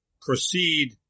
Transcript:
proceed